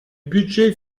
budget